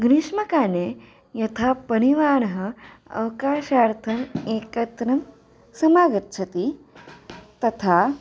ग्रीष्मकाले यथा परिवारः अवकाशार्थम् एकत्रं समागच्छति तथा